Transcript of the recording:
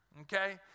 Okay